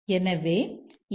எனவே எம்